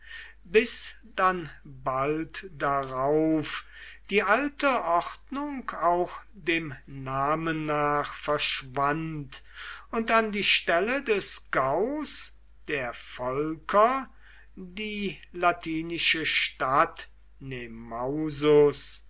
bis dann bald darauf die alte ordnung auch dem namen nach verschwand und an die stelle des gaus der volker die latinische stadt